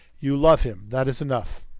you love him that is enough.